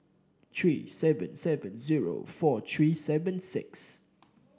three seven seven zero four three seven six